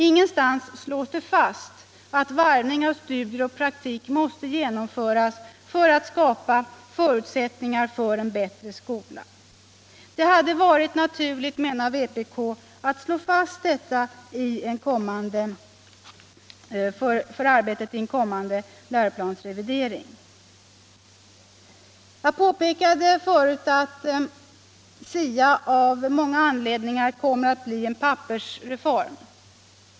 Ingenstans slås det fast att varvning av studier och praktik måste genomföras för att skapa förutsättningar för en bättre skola. Det hade varit naturligt, menar vpk, att slå fast detta för arbetet i en kommande läroplansrevidering. Jag påpekade förut att SIA av många anledningar kommer att bli en pappersreform.